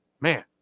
Man